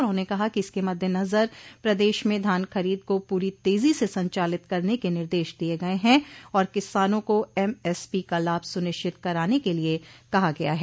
उन्होंने कहा कि इसके मद्देनजर प्रदेश में धान खरीद को पूरी तेजी से संचालित करने के निर्देश दिये गये हैं और किसानों को एमएसपी का लाभ सुनिश्चित कराने के लिये कहा गया है